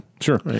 Sure